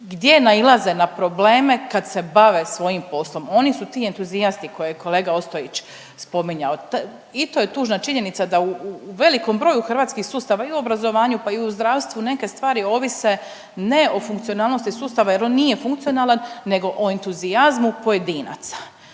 gdje nailaze na probleme kad se bave svojim poslom. Oni su ti entuzijasti koje je kolega Ostojić spominjao. I to je tužna činjenica da u velikom broju hrvatskih sustava i u obrazovanju, pa i u zdravstvu neke stvari ovise ne o funkcionalnosti sustava, jer on nije funkcionalan, nego o entuzijazmu pojedinaca.